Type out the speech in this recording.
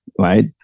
Right